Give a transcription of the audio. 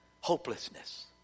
Hopelessness